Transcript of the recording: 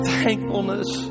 thankfulness